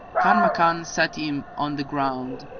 kanmakan set him on the ground,